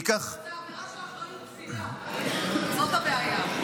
זו עבירה של אחריות קפידה, זאת הבעיה.